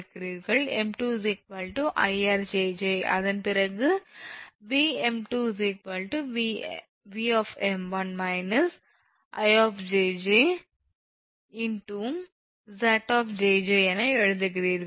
𝑚2 𝐼𝑅 𝑗𝑗 அதன் பிறகு 𝑉 𝑚2 𝑉 𝑚1 −𝐼 𝑗𝑗 𝑍 𝑗𝑗 என எழுதுகிறீர்கள்